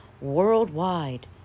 worldwide